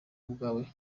bwawe